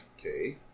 Okay